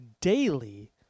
daily